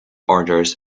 orders